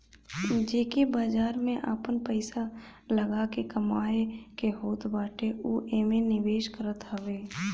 जेके बाजार में आपन पईसा लगा के कमाए के होत बाटे उ एमे निवेश करत हवे